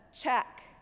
check